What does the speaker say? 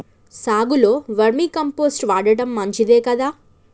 సాగులో vermicompost వాడటం మంచిదే కదా?